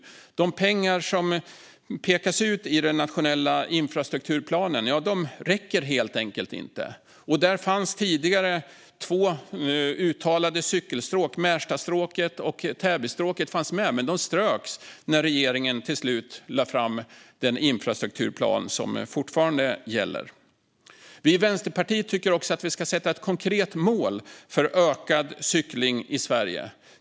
De pengar som pekas ut i den nationella infrastrukturplanen räcker helt enkelt inte. Där fanns tidigare två uttalade cykelstråk med, nämligen Märstastråket och Täbystråket, men de ströks när regeringen till slut lade fram den infrastrukturplan som fortfarande gäller. Vänsterpartiet tycker också att vi ska sätta ett konkret mål för ökad cykling i Sverige.